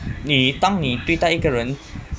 你当你对待一个人